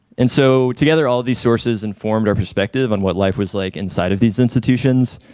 and so together all of these sources informed our perspective on what life was like inside of these institutions.